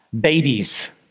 babies